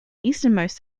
easternmost